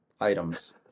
items